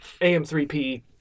AM3P